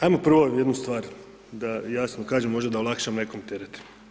Ajmo prvo jednu stvar da jasno kažem, možda da olakšam nekom teret.